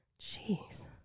Jeez